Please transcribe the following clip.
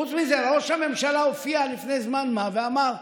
חוץ מזה, ראש הממשלה הופיע לפני זמן מה ואמר: